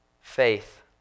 faith